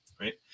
right